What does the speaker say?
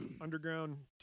underground